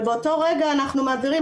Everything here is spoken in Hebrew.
אבל באותו רגע אנחנו מעבירים,